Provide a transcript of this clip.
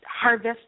harvest